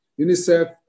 UNICEF